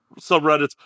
subreddits